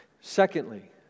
Secondly